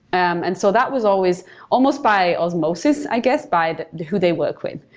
um and so that was always almost by osmosis, i guess, by who they work with.